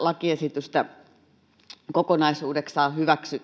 lakiesitystä kokonaisuudessaan